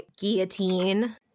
guillotine